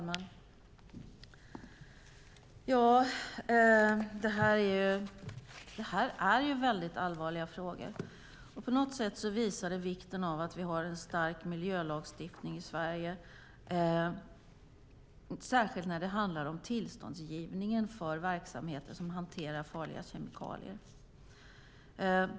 Herr talman! Det här är väldigt allvarliga frågor, och de visar vikten av att vi har en stark miljölagstiftning i Sverige, särskilt när det handlar om tillståndsgivningen för verksamheter som hanterar farliga kemikalier.